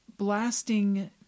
Blasting